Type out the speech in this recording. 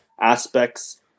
aspects